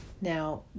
Now